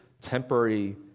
temporary